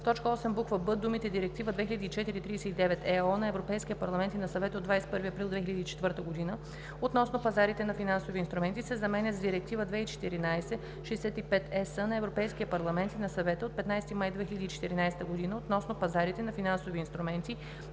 В т. 8, буква „б" думите „Директива 2004/39/ЕО на Европейския парламент и на Съвета от 21 април 2004 г. относно пазарите на финансови инструменти" се заменят с „Директива 2014/65/ЕС на Европейския парламент и на Съвета от 15 май 2014 година относно пазарите на финансови инструменти